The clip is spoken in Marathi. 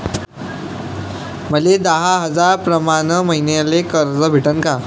मले दहा हजार प्रमाण मईन्याले कर्ज भेटन का?